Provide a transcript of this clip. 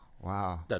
Wow